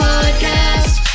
Podcast